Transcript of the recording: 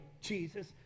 Jesus